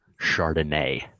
Chardonnay